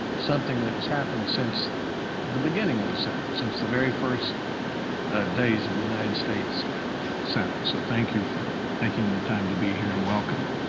something that has happened since the beginning of the senate, since the very first days of and the united states senate. so thank you for taking your time to be here and welcome.